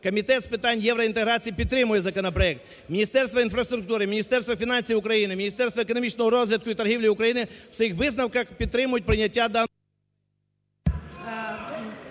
Комітет з питань євроінтеграції підтримує законопроект, Міністерство інфраструктури, Міністерство фінансів України, Міністерство економічного розвитку і торгівлі України у своїх висновках підтримують прийняття даного…